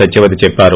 సత్యవతి చెప్పారు